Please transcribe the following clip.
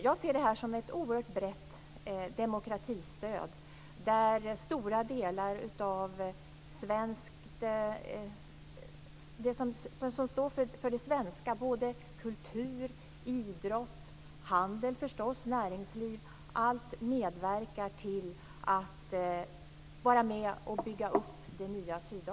Jag ser det här som ett oerhört brett demokratistöd, där det som står för det svenska i form av kultur, idrott, handel förstås och näringsliv - allt medverkar till att bygga upp det nya